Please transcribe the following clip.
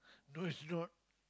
no it's not